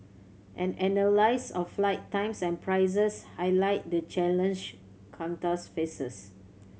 an analysis of flight times and prices highlight the challenge Qantas faces